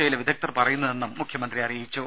ഒയിലെ വിദഗ്ദ്ധർ പറയുന്നതെന്നും മുഖ്യമന്ത്രി പറഞ്ഞു